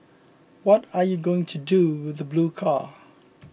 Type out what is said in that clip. what are you going to do with the blue car